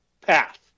path